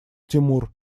тимур